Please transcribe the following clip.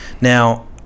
Now